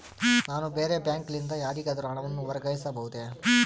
ನಾನು ಬೇರೆ ಬ್ಯಾಂಕ್ ಲಿಂದ ಯಾರಿಗಾದರೂ ಹಣವನ್ನು ವರ್ಗಾಯಿಸಬಹುದೇ?